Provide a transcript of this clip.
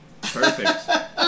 Perfect